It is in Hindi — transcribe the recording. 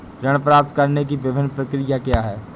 ऋण प्राप्त करने की विभिन्न प्रक्रिया क्या हैं?